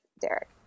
Derek